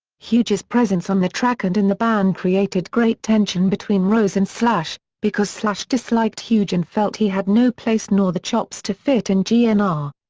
huge's presence on the track and in the band created great tension between rose and slash, because slash disliked huge and felt he had no place nor the chops to fit in g n' r.